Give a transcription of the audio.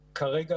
כרגע,